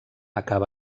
acaba